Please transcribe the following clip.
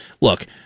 Look